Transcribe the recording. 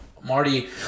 Marty